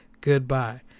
goodbye